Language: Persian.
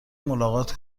ملاقات